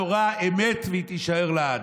התורה אמת והיא תישאר לעד.